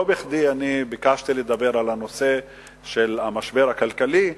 לא בכדי ביקשתי לדבר בנושא המשבר הכלכלי,